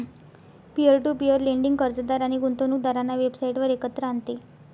peer to peer lending कर्जदार आणि गुंतवणूकदारांना वेबसाइटवर एकत्र आणते